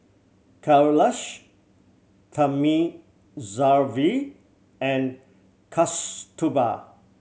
Kailash Thamizhavel and Kasturba